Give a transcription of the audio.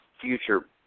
future